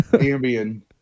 ambient